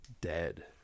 dead